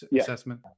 assessment